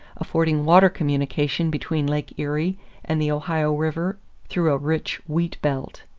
affording water communication between lake erie and the ohio river through a rich wheat belt.